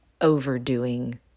overdoing